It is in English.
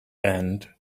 end